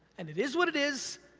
and it is what it is,